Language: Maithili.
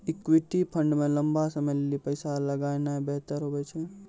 इक्विटी फंड मे लंबा समय लेली पैसा लगौनाय बेहतर हुवै छै